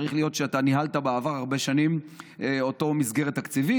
צריך להיות שאתה ניהלת בעבר הרבה שנים את אותה מסגרת תקציבית,